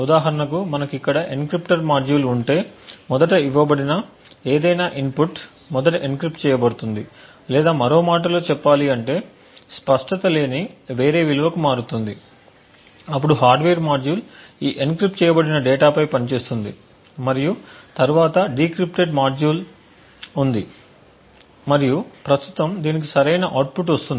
ఉదాహరణకు మనకు ఇక్కడ ఎన్క్రిప్టర్ మాడ్యూల్ ఉంటే మొదట ఇవ్వబడిన ఏదైనా ఇన్పుట్ మొదట ఎన్క్రిప్ట్ చేయబడుతుంది లేదా మరో మాటలో చెప్పాలంటే స్పష్టత లేని వేరే విలువకు మారుతుంది అప్పుడు హార్డ్వేర్ మాడ్యూల్ ఈ ఎన్క్రిప్ట్ చేయబడిన డేటాపై పనిచేస్తుంది మరియు తరువాత డీక్రిప్టెడ్ మాడ్యూల్ఉంది మరియు ప్రస్తుతం దీనికి సరైన అవుట్పుట్ వస్తుంది